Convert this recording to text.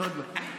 עוד לא.